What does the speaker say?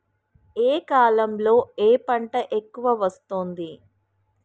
ఏ కాలంలో ఏ పంట ఎక్కువ వస్తోంది?